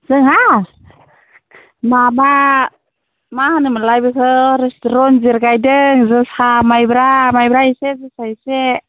जोंहा माबा मा होनोमोनलाय बेखौ रन्जित गायदों जोसा माइब्रा माइब्रा एसे जोसा एसे